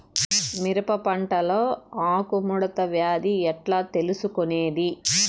మిరప పంటలో ఆకు ముడత వ్యాధి ఎట్లా తెలుసుకొనేది?